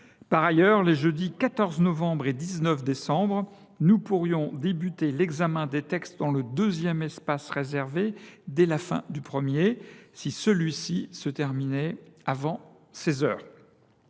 Par ailleurs, les jeudis 14 novembre et 19 décembre, nous pourrions débuter l’examen des textes dans le deuxième espace réservé dès la fin du premier, si celui ci se terminait avant